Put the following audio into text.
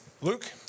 Luke